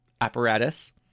apparatus